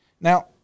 Now